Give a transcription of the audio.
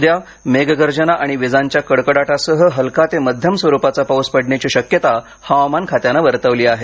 उद्या मेघगर्जना आणि विजांच्या कडकडटासह हलका ते मध्यम स्वरुपाच्या पावसाची शक्यता हवामान खात्यानं वर्तवली आहे